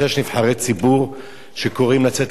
לאלימות מול האריתריאים ומול הסודנים.